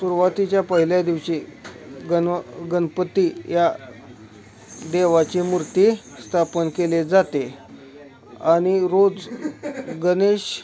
सुरुवातीच्या पहिल्या दिवशी गणव् गणपती या देवाची मूर्ती स्थापन केली जाते आहे आणि रोज गणेश